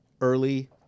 early